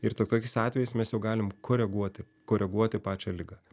ir tik tokiais atvejais mes jau galim koreguoti koreguoti pačią ligą